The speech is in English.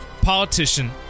politician